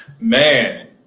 man